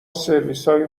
سرویسهای